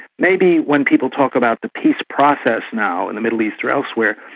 maybe when people talk about the peace process now in the middle east or elsewhere,